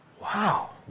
Wow